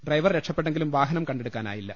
driver രക്ഷപ്പെട്ടെങ്കിലും വാഹനം കണ്ടെടുക്കാനായില്ല